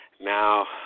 now